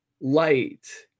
light